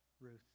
Ruth